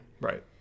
Right